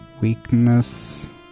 weakness